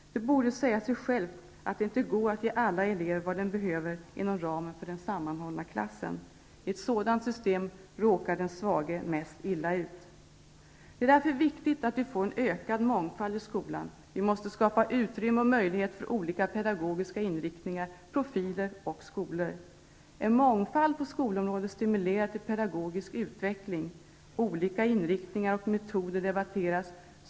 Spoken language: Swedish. Det borde säga sig självt att det inte går att ge alla elever vad de behöver inom ramen för den sammanhållna klassen. I ett sådant system råkar den svage mest illa ut. Det är därför viktigt att vi får en ökad mångfald i skolan. Vi måste skapa utrymme och möjlighet för olika pedagogiska inriktningar, profiler och skolor. En mångfald på skolområdet stimulerar till pedagogisk utveckling. Olika inriktningar och metoder debatteras.